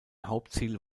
hauptziel